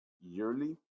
yearly